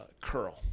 curl